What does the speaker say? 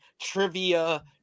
Trivia